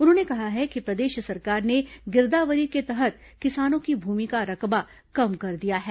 उन्होंने कहा है कि प्रदेश सरकार ने गिरदावरी के तहत किसानों की भूमि का रकबा कम कर दिया है